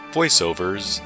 Voiceovers